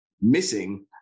missing